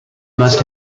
must